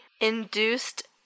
induced